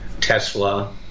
Tesla